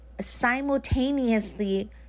simultaneously